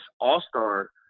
All-Star